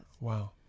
Wow